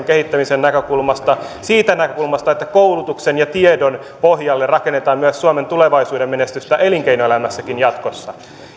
kehittämisen näkökulmasta siitä näkökulmasta että koulutuksen ja tiedon pohjalle rakennetaan myös suomen tulevaisuuden menestystä elinkeinoelämässäkin jatkossa